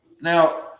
now